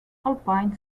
alpine